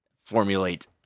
formulate